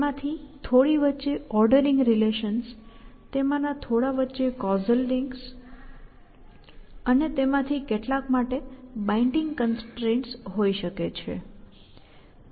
તેમાંથી થોડી વચ્ચે ઓર્ડરિંગ રિલેશન્સ તેમાંના થોડા વચ્ચે કૉઝલ લિંક્સ અને તેમાંથી કેટલાક માટે બાઈન્ડીંગ કન્સ્ટ્રેઇન્ટ્સ હોઈ શકે છે